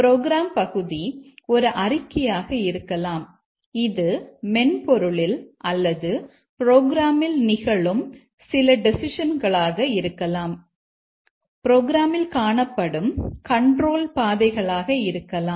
program பகுதி ஒரு அறிக்கையாக இருக்கலாம் இது மென்பொருளில் அல்லது புரோகிராமில் நிகழும் சில டெசிஷன்களாக இருக்கலாம் இது புரோகிராமில் காணப்படும் கண்ட்ரோல் பாதைகளாக இருக்கலாம்